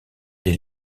des